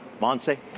Monse